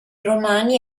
romani